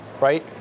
right